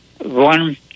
One